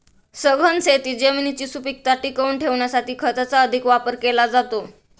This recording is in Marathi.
सघन शेतीत जमिनीची सुपीकता टिकवून ठेवण्यासाठी खताचा अधिक वापर केला जातो